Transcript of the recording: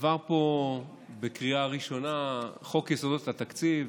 עבר פה בקריאה ראשונה חוק יסודות התקציב,